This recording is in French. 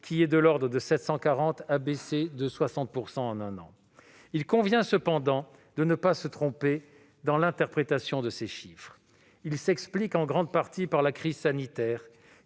qui est de l'ordre de 740, a baissé de 60 % en un an. Il convient cependant de ne pas se tromper dans l'interprétation de ces chiffres. Ceux-ci s'expliquent en grande partie par la crise sanitaire,